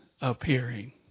appearing